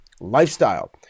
lifestyle